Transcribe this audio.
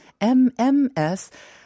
MMS